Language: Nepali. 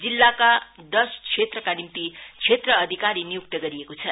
जिल्लाका दश क्षेत्रका निम्ति क्षेत्र अधिकारी नियुक्त गरिएको छ